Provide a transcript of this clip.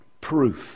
Proof